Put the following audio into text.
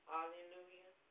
Hallelujah